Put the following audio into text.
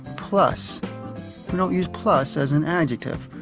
plus. we don't use plus as an adjective.